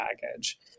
baggage